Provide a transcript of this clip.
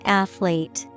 athlete